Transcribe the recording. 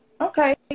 Okay